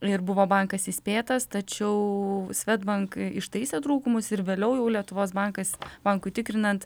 ir buvo bankas įspėtas tačiau swedbank ištaisė trūkumus ir vėliau jau lietuvos bankas bankui tikrinant